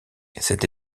cette